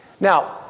Now